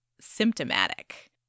symptomatic